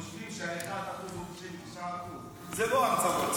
חושבים שה-1% הוא 99%. זה לא המצב במציאות.